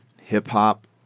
hip-hop